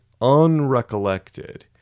unrecollected